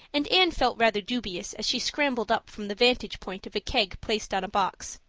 and anne felt rather dubious as she scrambled up from the vantage point of a keg placed on a box.